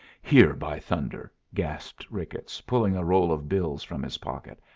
here, by thunder! gasped ricketts, pulling a roll of bills from his pocket.